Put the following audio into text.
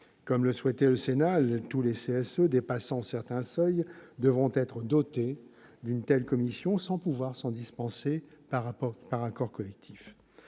Comme le souhaitait le Sénat, tous les CSE dépassant certains seuils devront être dotés d'une telle commission, sans pouvoir s'en dispenser par accord collectif.